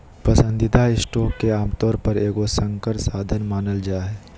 पसंदीदा स्टॉक के आमतौर पर एगो संकर साधन मानल जा हइ